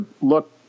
look